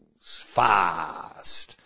fast